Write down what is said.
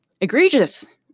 Egregious